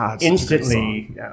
instantly